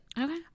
okay